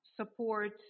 support